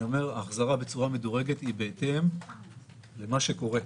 החזרה בצורה מדורגת היא בהתאם למה שקורה.